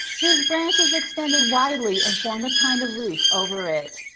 whose branches extended widely and formed a kind of roof over it.